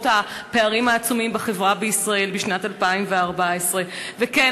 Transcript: הפערים העצומים בחברה בישראל בשנת 2014. ובכן,